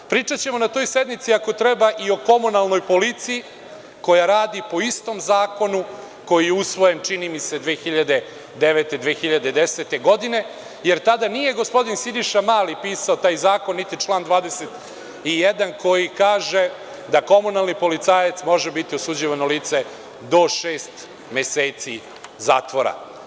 Ako treba, pričaćemo na toj sednici i o komunalnoj policiji, koja radi po istom zakonu koji je usvojen, čini mi se, 2009. ili 2010. godine, jer tada nije gospodin Siniša Mali pisao taj zakon, niti član 21, koji kaže da komunalni policajac može biti osuđivano lice do šest meseci zatvora.